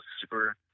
super